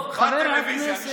בטלוויזיה,